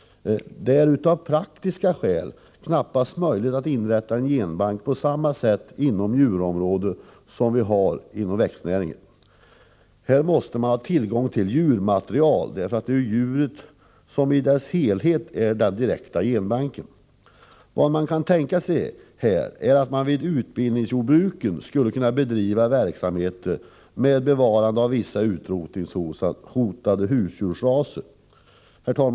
Det är av praktiska skäl knappast möjligt att på djurområdet inrätta en genbank på samma sätt som skett inom växtnäringen. På djurområdet måste man ha tillgång till djurmaterial. Det är djuret i sin helhet som är den direkta genbanken. Vad man kan tänka sig är att det vid utbildningsjordbruken skulle kunna bedrivas verksamheter med bevarande av vissa utrotningshotade husdjursraser. Herr talman!